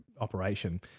operation